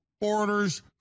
orders